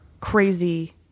crazy